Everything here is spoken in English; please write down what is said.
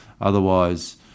otherwise